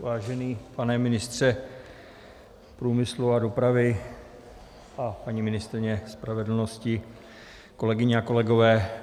Vážený pane ministře průmyslu a dopravy a paní ministryně spravedlnosti, kolegyně a kolegové.